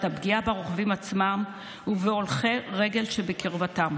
הפגיעה ברוכבים עצמם ובהולכי רגל שבקרבתם.